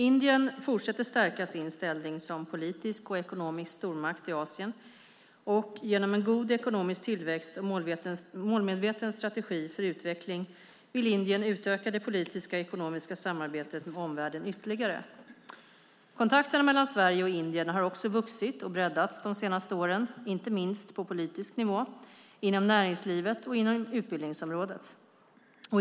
Indien fortsätter att stärka sin ställning som politisk och ekonomisk stormakt i Asien, och genom en god ekonomisk tillväxt och en målmedveten strategi för utveckling vill Indien utöka det politiska och ekonomiska samarbetet med omvärlden ytterligare. Kontakterna mellan Sverige och Indien har också vuxit och breddats de senaste åren inte minst på politisk nivå, inom näringslivet och inom utbildningsområdet.